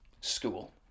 school